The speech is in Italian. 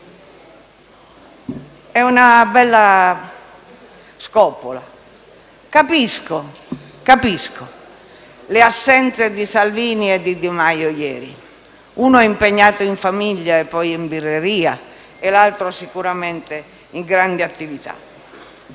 È una bella scoppola! Capisco le assenze di Salvini e di Di Maio ieri: uno impegnato in famiglia e poi in birreria, e l'altro sicuramente in grandi attività.